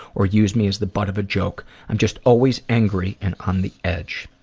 or use me as the butt of a joke. i'm just always angry and on the edge.